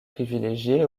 privilégiée